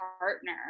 partner